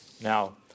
Now